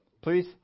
Please